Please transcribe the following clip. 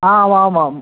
आम् आमामाम्